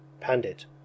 Pandit